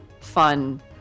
fun